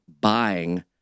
buying